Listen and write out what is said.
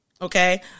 Okay